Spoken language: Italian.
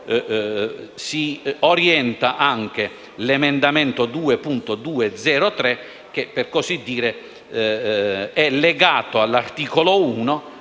si orienta anche l'emendamento 2.203 che, per così dire, è legato all'articolo 1